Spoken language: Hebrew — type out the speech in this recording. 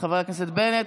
חבר הכנסת בנט.